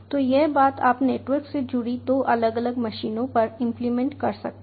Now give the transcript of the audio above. तो यह बात आप नेटवर्क से जुड़ी दो अलग अलग मशीनों पर इंप्लीमेंट कर सकते हैं